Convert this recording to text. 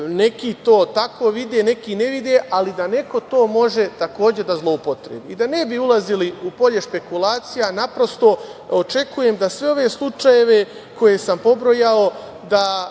neki to tako vide, neki ne vide, ali da neko to može, takođe, da zloupotrebi. Da ne bi ulazili u polje špekulacija, očekujem da sve ove slučajeve koje sam pobrojao